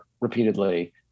repeatedly